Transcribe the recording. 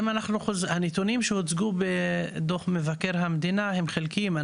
הנתונים שהוצגו בדוח מבקר המדינה הם חלקיים,